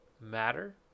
matter